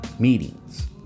Meetings